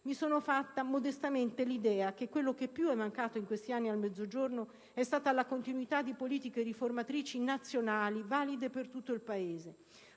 mi sono fatta modestamente l'idea che quello che più è mancato in questi anni al Mezzogiorno è stata la continuità di politiche riformatrici nazionali valide per tutto il Paese,